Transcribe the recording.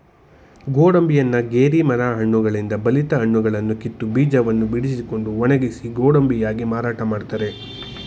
ಗೋಡಂಬಿಯನ್ನ ಗೇರಿ ಮರ ಹಣ್ಣುಗಳಿಂದ ಬಲಿತ ಹಣ್ಣುಗಳನ್ನು ಕಿತ್ತು, ಬೀಜವನ್ನು ಬಿಡಿಸಿಕೊಂಡು ಒಣಗಿಸಿ ಗೋಡಂಬಿಯಾಗಿ ಮಾರಾಟ ಮಾಡ್ತರೆ